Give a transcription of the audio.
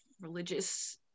religious